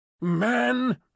man